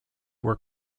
were